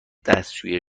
دستشویی